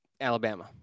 alabama